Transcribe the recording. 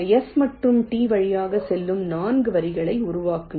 S மற்றும் T வழியாக செல்லும் 4 வரிகளை உருவாக்குங்கள்